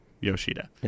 Yoshida